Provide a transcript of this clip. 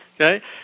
okay